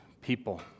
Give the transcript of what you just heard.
people